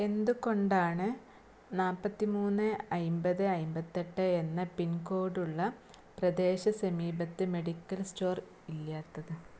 എന്തുകൊണ്ടാണ് നാൽപ്പത്തി മൂന്ന് അമ്പത് അമ്പത്തി എട്ട് എന്ന പിൻ കോഡുള്ള പ്രദേശ സമീപത്ത് മെഡിക്കൽ സ്റ്റോർ ഇല്ലാത്തത്